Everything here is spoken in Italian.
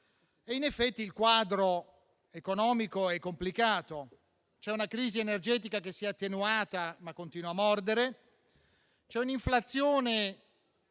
In effetti il quadro economico è complicato. C'è una crisi energetica che si è attenuata, ma continua a mordere; c'è un'inflazione